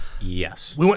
Yes